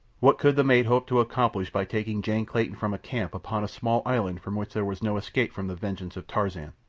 what could the mate hope to accomplish by taking jane clayton from a camp upon a small island from which there was no escape from the vengeance of tarzan?